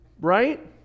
Right